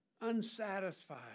unsatisfied